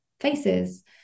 faces